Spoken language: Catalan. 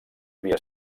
havia